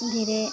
धीरे